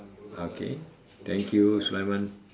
okay thank you sulaiman